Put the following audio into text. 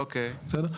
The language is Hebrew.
בסדר?